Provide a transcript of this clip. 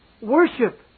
worship